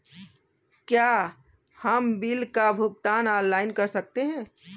क्या हम बिल का भुगतान ऑनलाइन कर सकते हैं?